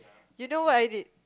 you know what I did